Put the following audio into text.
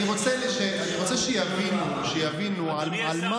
אני רוצה שיבינו על מה,